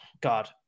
god